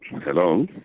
Hello